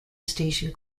station